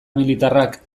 militarrak